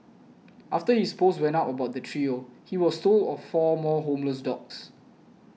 after his post went up about the trio he was told of four more homeless dogs